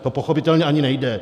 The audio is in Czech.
To pochopitelně ani nejde.